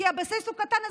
הבסיס הוא קטן,